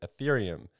ethereum